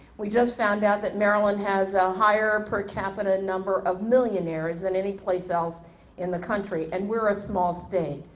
we just found out that maryland has a higher per capita number of millionaires than any place else in the country and we are a small state.